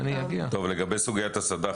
לגבי סוגיית הסד"ח,